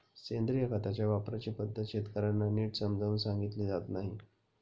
सेंद्रिय खताच्या वापराची पद्धत शेतकर्यांना नीट समजावून सांगितली जात नाही